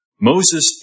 Moses